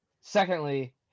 Secondly